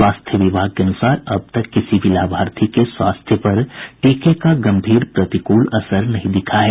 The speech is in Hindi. स्वास्थ्य विभाग के अनुसार अब तक किसी भी लाभार्थी के स्वास्थ्य पर टीके का गंभीर प्रतिकूल असर नहीं दिखा है